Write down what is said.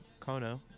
Kono